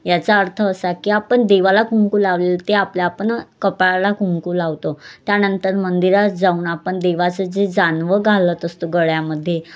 याचा अर्थ असा की आपण देवाला कुंकू लावले ते आपल्या आपण कपाळाला कुंकू लावतो त्यानंतर मंदिरात जाऊन आपण देवाचं जे जानवं घालत असतो गळ्यामध्ये